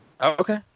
Okay